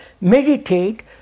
meditate